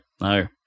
no